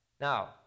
Now